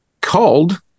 called